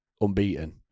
unbeaten